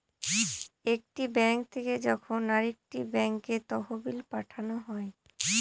একটি ব্যাঙ্ক থেকে যখন আরেকটি ব্যাঙ্কে তহবিল পাঠানো হয়